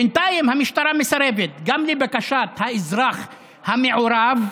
בינתיים המשטרה מסרבת גם לבקשת האזרח המעורב,